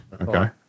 Okay